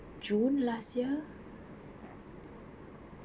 and dude I just remembered the last time I left the country was in